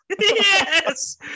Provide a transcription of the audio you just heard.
yes